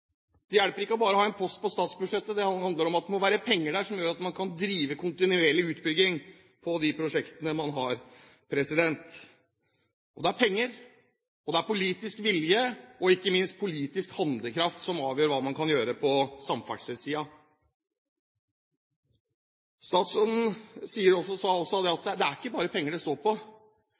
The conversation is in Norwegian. Det hjelper ikke bare å ha en post på statsbudsjettet. Det handler om at det må være penger der som gjør at man kan drive kontinuerlig utbygging av de prosjektene man har. Det er penger, det er politisk vilje, og det er ikke minst politisk handlekraft som avgjør hva man kan gjøre på samferdselssiden. Statsråden sa også at det er ikke bare penger det står på.